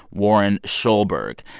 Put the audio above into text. warren shoulberg.